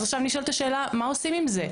אז עכשיו נשאלת השאלה מה עושים עם זה?